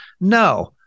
No